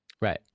Right